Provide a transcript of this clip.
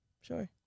Sure